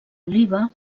oliva